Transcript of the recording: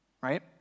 right